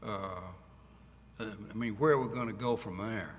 i mean where we're going to go from there